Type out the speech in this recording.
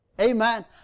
Amen